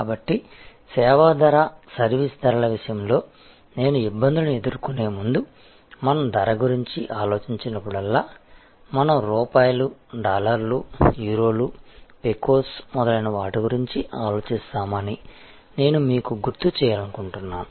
కాబట్టి సేవా ధర సర్వీస్ ధరల విషయంలో నేను ఇబ్బందులను ఎదుర్కొనే ముందు మనం ధర గురించి ఆలోచించినప్పుడల్లా మనం రూపాయిలు డాలర్లు యూరోలు పెకోస్ మొదలైన వాటి గురించి ఆలోచిస్తామని నేను మీకు గుర్తు చేయాలనుకుంటున్నాను